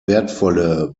wertvolle